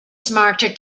smarter